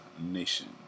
nation